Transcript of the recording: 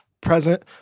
present